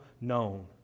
known